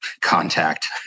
Contact